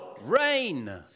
Rain